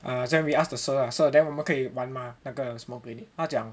err then we ask the sir lah sir then 我们可以玩吗那个 smoke grenade 他讲